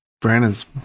Brandon's